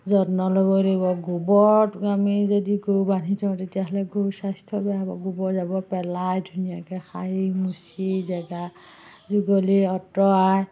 যত্ন ল'ব লাগিব গোবৰ আমি যদি গৰু বান্ধি থওঁ তেতিয়াহ'লে গৰু স্বাস্থ্য বেয়া হ'ব গোবৰ জাবৰ পেলাই ধুনীয়াকে সাৰি মচি জেগা যুগলি অঁতৰাই